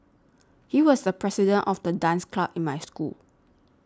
he was the president of the dance club in my school